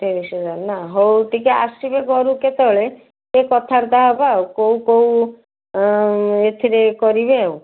ତେଇଶ ହଜାର ନା ହଉ ଟିକେ ଆସିବେ ଘରକୁ କେତେବେଳେ ଟିକେ କଥାବାର୍ତ୍ତା ହେବା ଆଉ କେଉଁ କେଉଁ ଏଥିରେ କରିବେ ଆଉ